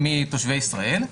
מתושבי ישראל,